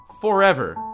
Forever